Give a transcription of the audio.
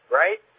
right